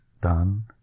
Done